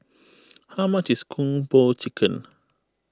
how much is Kung Po Chicken